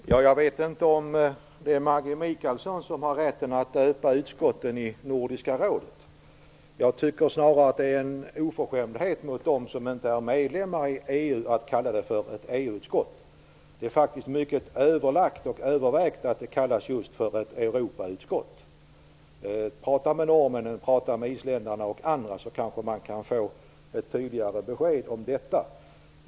Fru talman! Jag vet inte om det är Maggi Mikaelsson som har rätten att döpa utskotten i Nordiska rådet. Jag tycker snarare att det är en oförskämdhet mot dem som inte är medlemmar i EU att kalla det för ett EU utskott. Det är faktiskt mycket överlagt och övervägt att det kallas just för ett Europautskott. Tala med norrmännen och islänningarna och andra så kanske det går att få ett tydligare besked om detta.